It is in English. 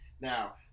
Now